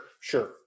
sure